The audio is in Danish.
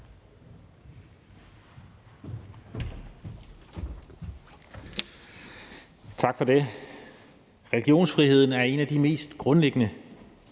Tak for det. Religionsfriheden er en af de mest grundlæggende